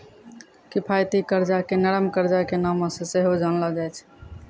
किफायती कर्जा के नरम कर्जा के नामो से सेहो जानलो जाय छै